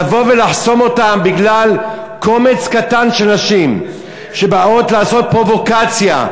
לבוא ולחסום אותם בגלל קומץ קטן של נשים שבאות לעשות פרובוקציה?